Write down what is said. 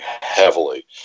heavily